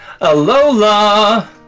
Alola